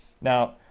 Now